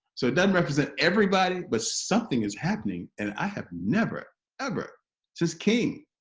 so it doesn't represent everybody, but something is happening, and i have never ever since king,